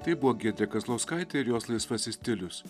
tai buvo giedrė kazlauskaitė ir jos laisvasis stilius